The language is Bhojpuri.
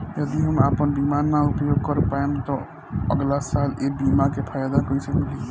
यदि हम आपन बीमा ना उपयोग कर पाएम त अगलासाल ए बीमा के फाइदा कइसे मिली?